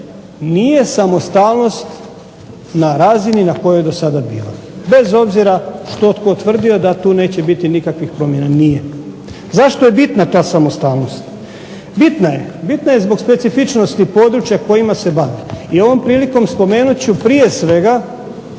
nije samostalnost na razini na kojoj je dosada bila bez obzira što tko tvrdio da tu neće biti nikakvih promjena, nije. Zašto je bitna ta samostalnost? Bitna je. Bitna je zbog specifičnosti područja kojima se bavi. I ovom prilikom spomenut ću prije svega